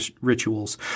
rituals